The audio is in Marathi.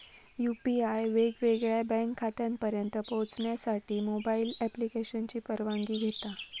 यू.पी.आय वेगवेगळ्या बँक खात्यांपर्यंत पोहचण्यासाठी मोबाईल ॲप्लिकेशनची परवानगी घेता